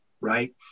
right